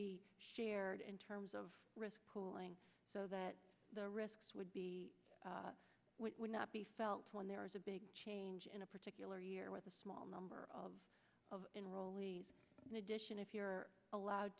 be shared in terms of risk pooling so that the risk would be would not be felt when there is a big change in a particular year with a small number of of enrollees in addition if you're allowed